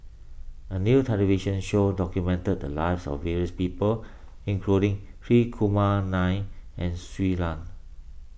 a new television show documented the lives of various people including Hri Kumar Nair and Shui Lan